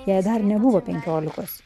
jai dar nebuvo penkiolikos